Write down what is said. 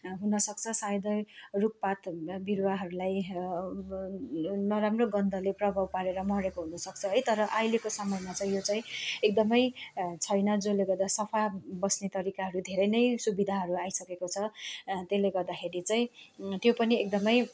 हुनसक्छ सायदै रुखपातहरूमा बिरुवाहरूलाई अब नराम्रो गन्धले प्रभाव पारेर मरेको हुनुसक्छ है तर अहिलेको समयमा चाहिँ यो चाहिँ एकदमै छैन जसले गर्दा सफा बस्ने तरिकाहरू धेरै नै सुविधाहरू आइसकेको छ त्यसले गर्दाखेरि चाहिँ त्यो पनि एकदमै